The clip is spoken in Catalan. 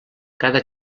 cada